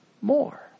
more